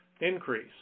increase